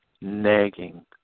nagging